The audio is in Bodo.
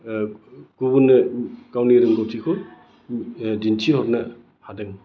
गुबुननो गावनि रोंगौथिखौ दिन्थिहरनो हादों